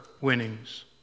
winnings